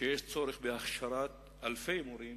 שיש צורך בהכשרת אלפי מורים